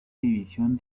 división